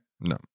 No